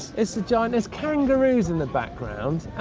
it's a giant, there's kangaroos in the background.